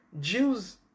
Jews